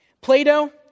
Plato